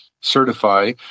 certify